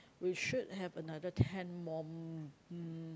we should have another ten more mm mm